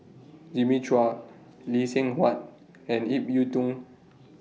Jimmy Chua Lee Seng Huat and Ip Yiu Tung